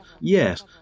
Yes